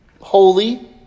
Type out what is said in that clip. holy